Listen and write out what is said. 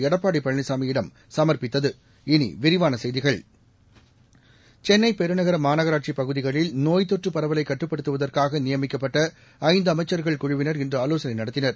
எடப்பாடி பழனிசாமியிடம் சம்ப்பித்தது இனி விரிவான செய்திகள் சென்னை பெருநகர மாநகராட்சி பகுதிகளில் நோய் தொற்று பரவலை கட்டுப்படுத்துவதற்காக நியமிக்கப்பட்ட ஐந்து அமைச்சர்கள் குழுவினர் இன்று ஆலோசனை நடத்தினர்